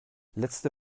letzte